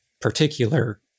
particular